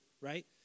right